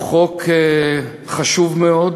הוא חוק חשוב מאוד.